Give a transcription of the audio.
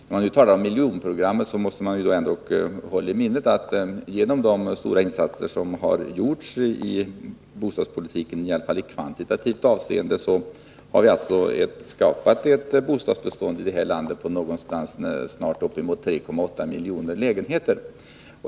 När man nu talar om miljonprogrammet måste man ändå hålla i minnet att vi genom de stora insatser som gjorts inom bostadspolitiken, i varje fall i kvantitativt avseende, har skapat ett bostadsbestånd här i landet på uppemot 3,8 miljoner lägenheter.